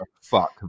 fuck